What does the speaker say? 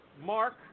Mark